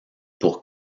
pour